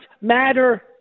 matter